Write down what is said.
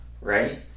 Right